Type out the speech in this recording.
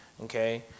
Okay